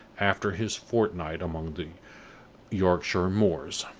after his fortnight among the yorkshire moors.